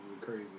crazy